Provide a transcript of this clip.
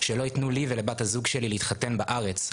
שלא ייתנו לי ולבת הזוג שלי להתחתן בארץ,